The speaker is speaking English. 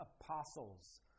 apostles